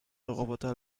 roboter